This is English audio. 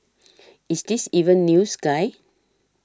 is this even news guy